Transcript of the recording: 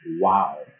wow